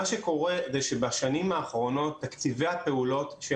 מה שקורה זה שבשנים האחרונות תקציבי הפעולות של